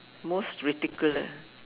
most ridiculous